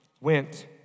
went